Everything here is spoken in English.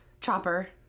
chopper